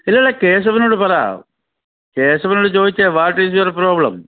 ഇല്ല ഇല്ല കേശവനോട് പറ കേശവനോട് ചോദിച്ചേ വാട്ട് ഈസ് യുവർ പ്രോബ്ലം